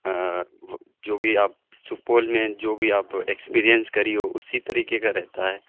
جو بھی آپ سپول میں جو بھی آپ ایکسپریئنس کری ہو اسی طریکے کا رہتا ہے